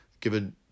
given